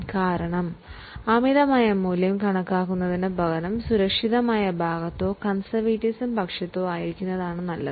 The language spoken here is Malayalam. കാരണം അമിതമായ മൂല്യം കാണിക്കുന്നതിനുപകരം സുരക്ഷിതമായിരിക്കുന്നതാണ് നല്ലത്